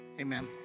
Amen